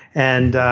and